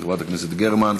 של חברת הכנסת גרמן,